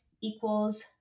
Equals